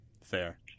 Fair